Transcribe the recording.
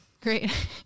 great